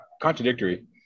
contradictory